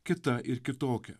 kita ir kitokia